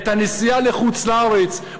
את הנסיעה לחוץ-לארץ,